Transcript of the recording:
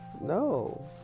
no